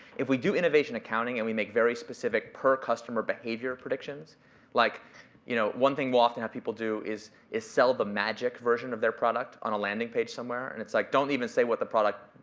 if we do innovation accounting and we make very specific per customer behavior predictions like you know one thing we'll often have people do is is sell the magic version of their product on a landing page somewhere. and it's like don't even say what the product,